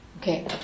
Okay